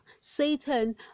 satan